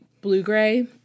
blue-gray